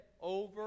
over